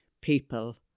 people